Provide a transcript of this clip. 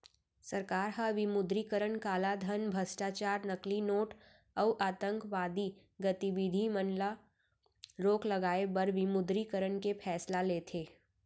सरकार ह विमुद्रीकरन कालाधन, भस्टाचार, नकली नोट अउ आंतकवादी गतिबिधि मन म रोक लगाए बर विमुद्रीकरन के फैसला लेथे